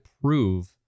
prove